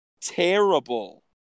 terrible